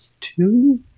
two